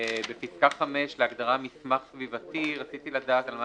בפסקה (5) להגדרה "מסמך סביבתי" רציתי לדעת על מה